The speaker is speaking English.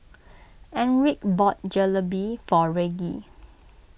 Enrique bought Jalebi for Reggie